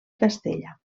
castella